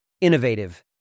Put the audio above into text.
innovative